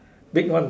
big one